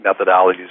methodologies